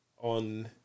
on